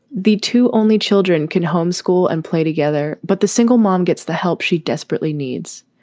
the two only children can home school and play together. but the single mom gets the help she desperately needs.